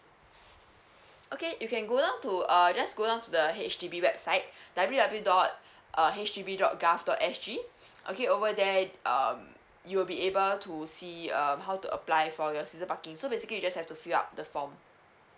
okay you can go down to uh just go down to the H_D_B website W W dot uh H D B dot gov dot S G okay over there um you'll be able to see um how to apply for your season parking so basically you just have to fill out the form